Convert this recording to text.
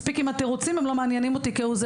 מספיק עם התירוצים, הם לא מעניינים אותי כהוא זה.